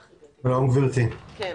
בבקשה.